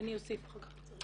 ואני אוסיף אחר כך אם צריך.